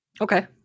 Okay